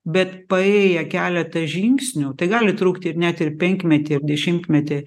bet paėję keletą žingsnių tai gali trukti ir net ir penkmetį ir dešimtmetį